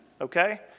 okay